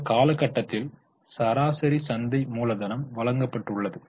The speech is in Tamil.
இந்த காலகட்டத்தில் சராசரி சந்தை மூலதனம் வழங்கப்பட்டுள்ளது